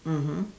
mmhmm